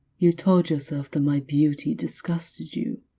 you told yourself that my beauty disgusted you,